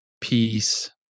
peace